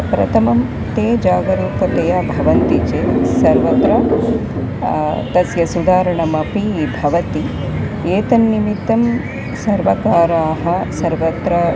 प्रथमं ते जागरूकतया भवन्ति चेत् सर्वत्र तस्य सुधारणमपि भवति एतन्निमित्तं सर्वकाराः सर्वत्र